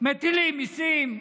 מטילים מיסים.